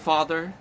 Father